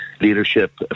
leadership